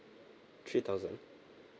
three thousand